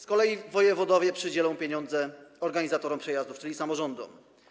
Z kolei wojewodowie przydzielą pieniądze organizatorom przejazdów, czyli samorządom.